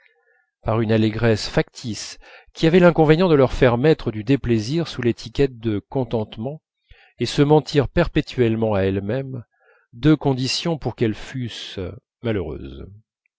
par une allégresse factice qui avait l'inconvénient de leur faire mettre du déplaisir sous l'étiquette de contentement et se mentir perpétuellement à elles-mêmes deux conditions pour qu'elles fussent malheureuses